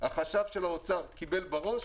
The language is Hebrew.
החשב של האוצר קיבל בראש.